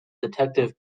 detective